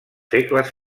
segles